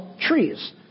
trees